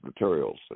materials